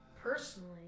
personally